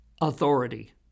authority